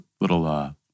Little